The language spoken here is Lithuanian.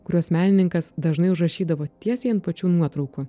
kuriuos menininkas dažnai užrašydavo tiesiai ant pačių nuotraukų